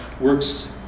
works